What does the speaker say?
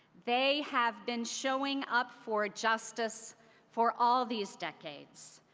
they have been showing up for justice for all these decades.